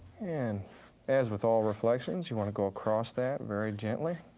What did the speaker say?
and as with all reflections, you want to go across that very gently.